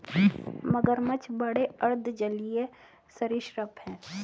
मगरमच्छ बड़े अर्ध जलीय सरीसृप हैं